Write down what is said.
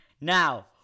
Now